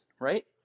right